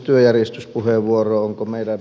onko meidän